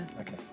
Okay